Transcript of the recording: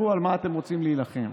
רוצים להילחם.